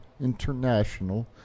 international